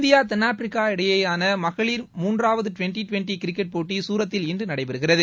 India தென்னாப்பிரிக்கா இடையேயான மூன்றாவது டுவென்டி டுவென்டி கிரிக்கெட் போட்டி சூரத்தில் இன்று நடைபெறுகிறது